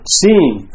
seeing